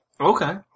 Okay